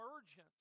emergence